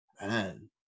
man